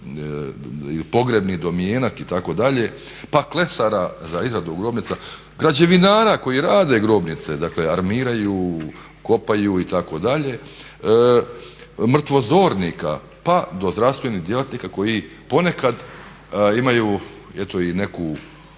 pogrebni domjenak itd.. Pa klesara za izradu grobnica, građevinara koji rade grobnice, dakle armiraju, kopaju itd., mrtvozornika pa do zdravstvenih djelatnika koji ponekad imaju eto i neku